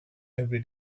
every